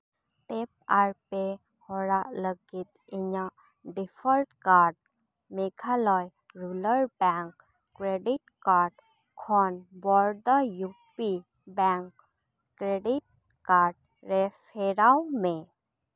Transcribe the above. tap ᱟᱨ ᱯᱮ ᱦᱚᱨᱟ ᱞᱟᱹᱜᱤᱫ ᱤᱧᱟᱹᱜ default card Meghalaya rural bank credit card ᱠᱷᱚᱱ Baroda UP bank credit card ᱨᱮ ᱯᱷᱮᱨᱟᱣ ᱢᱮ